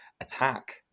attack